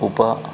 उप